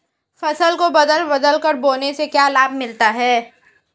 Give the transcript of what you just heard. फसल को बदल बदल कर बोने से क्या लाभ मिलता है?